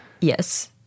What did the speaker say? Yes